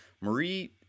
Marie